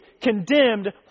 condemned